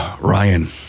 Ryan